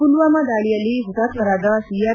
ಪುಲ್ವಾಮಾ ದಾಳಿಯಲ್ಲಿ ಹುತಾತ್ಲರಾದ ಸಿಆರ್